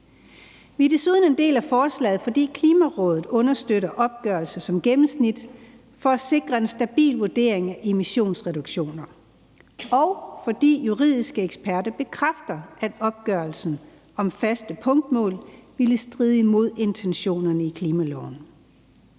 Vi er desuden en del af forslaget, fordi Klimarådet understøtter opgørelser som gennemsnit for at sikre en stabil vurdering af emissionsreduktioner, og fordi juridiske eksperter bekræfter, at opgørelsen af faste punktmål vil stride imod intentionerne i klimaloven.